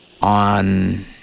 on